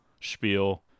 spiel